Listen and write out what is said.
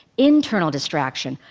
internal distraction,